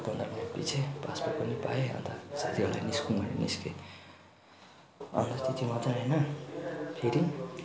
टक्क पन्ध्र मिनटपछि पासबुक पनि पाएँ अन्त साथीहरूले निस्किउँ भन्यो निस्केँ अन्त त्यति मात्रै होइन फेरि